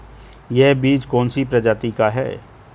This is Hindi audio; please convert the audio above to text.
यह बीज कौन सी प्रजाति का है?